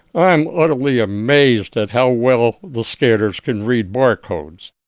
i'm utterly amazed at how well the scanners can read barcodes.